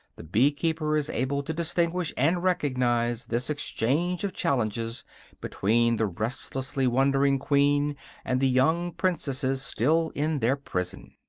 the bee-keeper is able to distinguish, and recognize, this exchange of challenges between the restlessly wandering queen and the young princesses still in their prison.